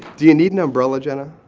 do you need an umbrella jenna?